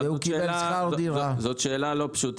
אבל זאת שאלה לא פשוטה,